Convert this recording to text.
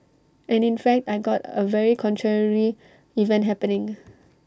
and in fact I got A very contrary event happening